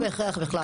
לא בהכרח בכלל.